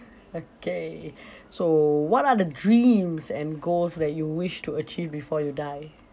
okay so what are the dreams and goals that you wish to achieve before you die